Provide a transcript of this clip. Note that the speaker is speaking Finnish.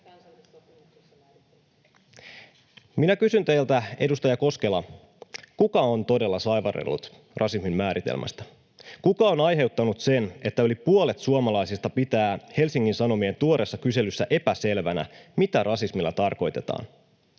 Minä kysyn teiltä, edustaja Koskela: kuka on todella saivarrellut rasismin määritelmästä? Kuka on aiheuttanut sen, että yli puolet suomalaisista pitää Helsingin Sanomien tuoreessa kyselyssä epäselvänä, mitä rasismilla tarkoitetaan?